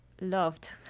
loved